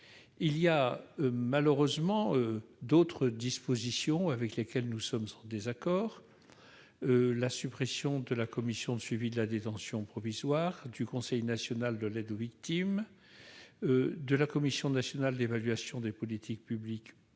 Il est malheureusement d'autres dispositions avec lesquelles nous sommes en désaccord : la suppression de la Commission de suivi de la détention provisoire, du Conseil national de l'aide aux victimes et de la Commission nationale d'évaluation des politiques de